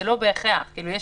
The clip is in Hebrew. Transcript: זה לא בהכרח, יש